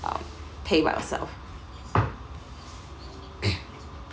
um pay by ourselves